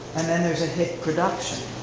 and then there's a hit production.